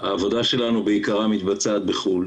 העבודה שלנו בעיקרה מתבצעת בחו"ל,